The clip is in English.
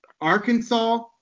Arkansas